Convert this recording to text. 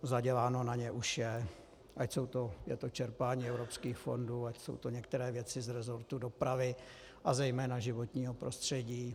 Zaděláno na ně už je, ať už je to čerpání evropských fondů, ať jsou to některé věci z rezortu dopravy a zejména životního prostředí.